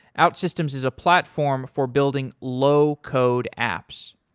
outsystems is a platform for building low code apps.